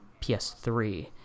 PS3